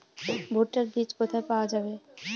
ভুট্টার বিজ কোথায় পাওয়া যাবে?